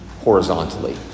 horizontally